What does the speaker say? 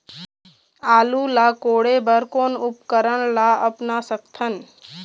आलू ला कोड़े बर कोन उपकरण ला अपना सकथन?